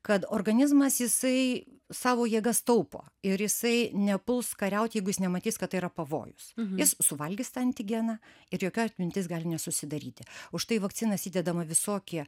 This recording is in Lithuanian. kad organizmas jisai savo jėgas taupo ir jisai nepuls kariaut jeigu jis nematys kad tai yra pavojus jis suvalgys tą antigeną ir jokia atmintis gali nesusidaryti užtai į vakcinas įdedama visokie